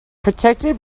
protected